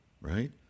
right